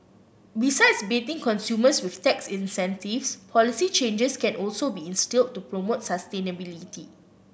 besides baiting consumers with tax incentives policy changes can also be instilled to promote sustainability